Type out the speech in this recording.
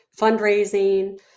fundraising